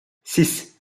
six